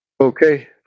Okay